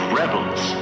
rebels